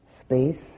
space